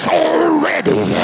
already